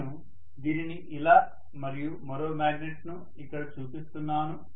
నేను దీనిని ఇలా మరియు మరో మ్యాగ్నెట్ ను ఇక్కడ చూపిస్తున్నాను